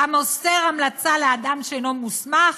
המוסר המלצה לאדם שאינו מוסמך,